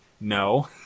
no